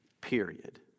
period